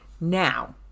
Now